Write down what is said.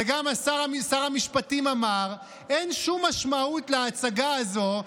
וגם שר המשפטים אמר: אין שום משמעות להצגה הזאת.